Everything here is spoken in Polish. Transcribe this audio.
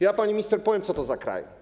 Ja pani minister powiem, co to za kraj.